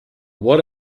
what